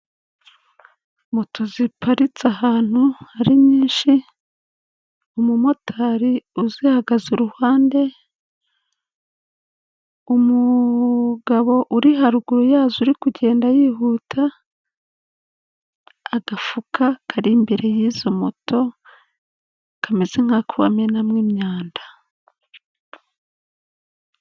Mto ziparitse ahantu hari nyinshi, umumotari uzihagaze iruhande, umugabo uri haruguru yazo uri kugenda yihuta, agafuka kari imbere y'izo moto, kameze nk'ako bamenamo imyanda.